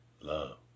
Love